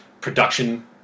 production